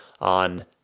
on